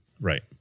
Right